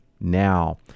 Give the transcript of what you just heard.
now